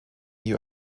you